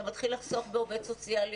אתה מתחיל לחסוך בעובד סוציאלי,